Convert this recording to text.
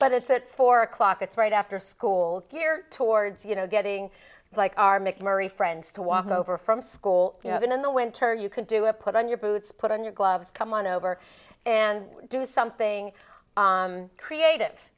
but it's at four o'clock it's right after school here towards you know getting like our mcmurry friends to walk over from school even in the winter you can do a put on your boots put on your gloves come on over and do something creative